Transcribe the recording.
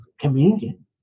communion